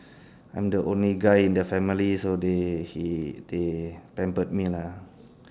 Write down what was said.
I'm the only guy in the family so they he they pampered me lah